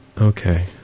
Okay